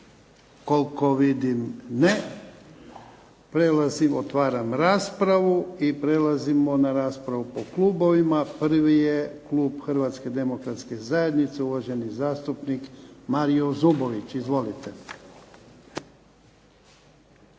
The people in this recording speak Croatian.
Koliko vidim ne. Otvaram raspravu i prelazimo na raspravu po klubovima. Prvi je klub Hrvatske demokratske zajednice. Uvaženi zastupnik Mario Zubović. Izvolite.